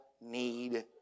need